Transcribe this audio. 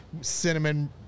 cinnamon